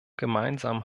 gemeinsam